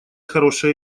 хорошая